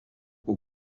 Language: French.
aux